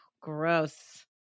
Gross